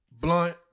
Blunt